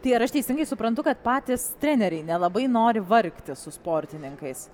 tai ar aš teisingai suprantu kad patys treneriai nelabai nori vargti su sportininkais